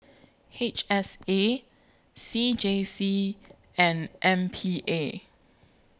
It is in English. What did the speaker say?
H S A C J C and M P A